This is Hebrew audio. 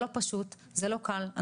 וזה לא פשוט ולא קל.